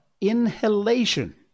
inhalation